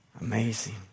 Amazing